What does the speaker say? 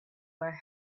were